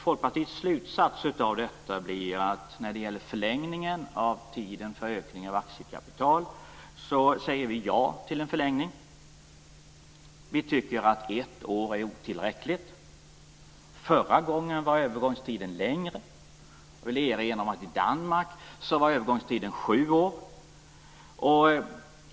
Folkpartiets slutsats av detta blir att vi säger ja till en förlängning av tiden för ökning av aktiekapital. Vi tycker att ett år är otillräckligt. Förra gången var övergångstiden längre. Jag vill erinra om att övergångstiden i Danmark var sju år.